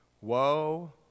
Woe